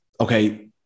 okay